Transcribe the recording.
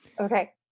Okay